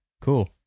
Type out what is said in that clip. Cool